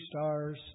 stars